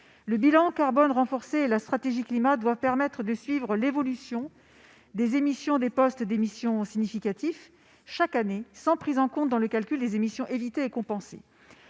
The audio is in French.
Le bilan carbone renforcé et la stratégie climat doivent permettre de suivre l'évolution des postes d'émission significatifs chaque année sans prise en compte dans le calcul des émissions évitées et compensées.